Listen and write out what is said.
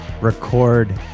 record